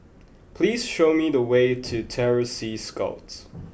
please show me the way to Terror Sea Scouts